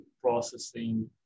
processing